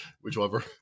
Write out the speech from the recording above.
whichever